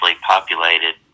populated